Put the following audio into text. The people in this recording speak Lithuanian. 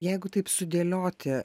jeigu taip sudėlioti